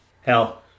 Hell